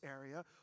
area